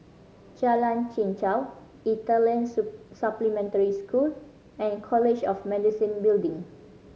Jalan Chichau Italian Supplementary School and College of Medicine Building